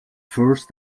first